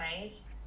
ways